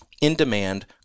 in-demand